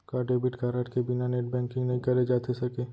का debit card के बिना नेट बैंकिंग नई करे जाथे सके?